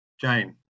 Jane